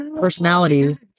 personalities